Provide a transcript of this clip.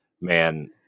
man